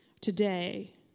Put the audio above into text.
today